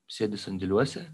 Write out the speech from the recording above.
sėdi sandėliuose